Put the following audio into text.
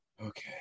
Okay